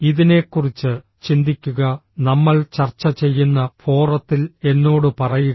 ഇതിനെക്കുറിച്ച് ചിന്തിക്കുക നമ്മൾ ചർച്ച ചെയ്യുന്ന ഫോറത്തിൽ എന്നോട് പറയുക